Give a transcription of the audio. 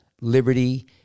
liberty